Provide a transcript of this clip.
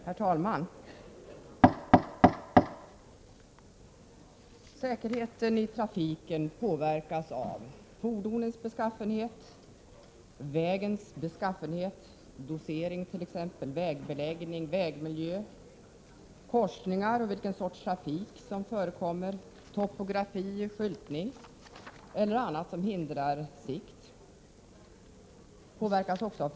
Herr talman! Säkerheten i trafiken påverkas av: 2. Vägens beskaffenhet, t.ex. dosering, vägbeläggning, vägmiljö — korsningar, vilken sorts trafik som förekommer, topografi, skyltning eller annat som hindrar sikt. 3.